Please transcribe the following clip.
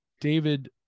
david